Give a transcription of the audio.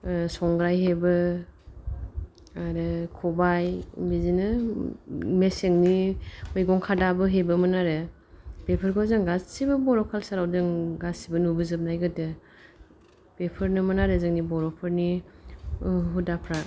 संग्राय हेबो आरो खबाय बिदिनो मेसेंनि मैगं खादाबो हेबोमोन आरो बेफोरखौ जों गासिबो बर' कालसाराव जों गासिबो नुबोजोबनाय गोदो बेफोरनोमोन आरो जोंनि बर'फोरनि हुदाफ्रा